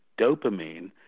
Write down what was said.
Dopamine